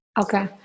Okay